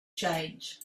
change